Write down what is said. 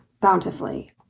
bountifully